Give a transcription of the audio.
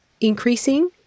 increasing